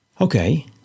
Okay